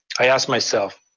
i ask myself,